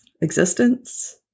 existence